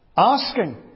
Asking